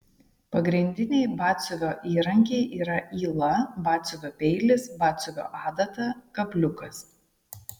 pagrindiniai batsiuvio įrankiai yra yla batsiuvio peilis batsiuvio adata kabliukas